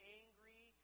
angry